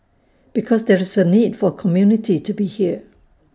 because there's A need for community to be here